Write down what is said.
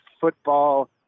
football